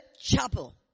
chapel